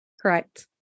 Correct